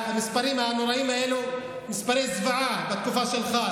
המספרים הנוראיים האלה, מספרי זוועה, בתקופה שלך.